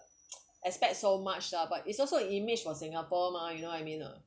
expect so much lah but it's also an image for singapore mah you know what I mean ah